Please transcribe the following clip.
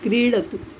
क्रीडतु